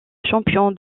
champion